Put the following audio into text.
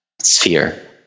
sphere